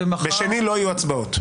בשני לא יהיו הצבעות.